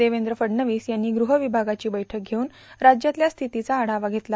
देवेंद्र फडणवीस यांनी गृहविभागाची बैठक घेऊन राज्यातल्या स्थितीचा आढवा घेतला